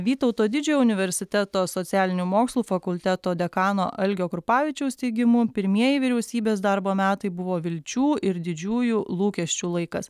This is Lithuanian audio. vytauto didžiojo universiteto socialinių mokslų fakulteto dekano algio krupavičiaus teigimu pirmieji vyriausybės darbo metai buvo vilčių ir didžiųjų lūkesčių laikas